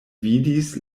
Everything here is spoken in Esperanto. vidis